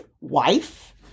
wife